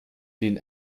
den